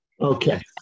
Okay